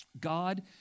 God